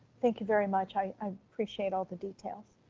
thank you very much. i i appreciate all the detail.